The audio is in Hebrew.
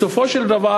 בסופו של דבר,